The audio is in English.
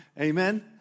Amen